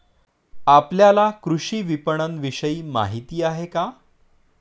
आपल्याला कृषी विपणनविषयी माहिती आहे का?